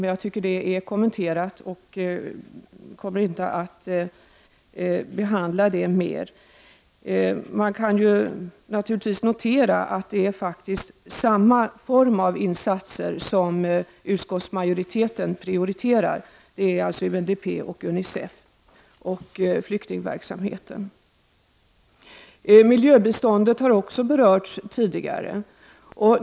Detta är tillräckligt kommenterat och jag kommer inte att ytterligare behandla den frågan. Det kan naturligtvis noteras att det faktiskt är samma form av insatser som utskottsmajoriteten prioriterar, nämligen UNDP, UNI CEF och flyktingverksamheten. Också miljöbiståndet har tidigare berörts.